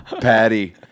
patty